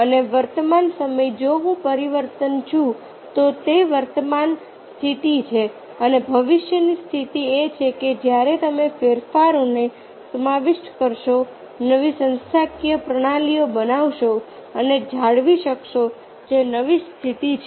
અને વર્તમાન સમય જો હું પરિવર્તન છું તો તે વર્તમાન સ્થિતિ છે અને ભવિષ્યની સ્થિતિ એ છે કે જ્યારે તમે ફેરફારોને સમાવિષ્ટ કરશો નવી સંસ્થાકીય પ્રણાલીઓ બનાવશો અને જાળવી શકશો જે નવી સ્થિતિ છે